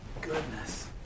goodness